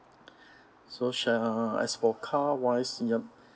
so sharon as for car wise you